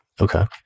Okay